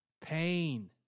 Pain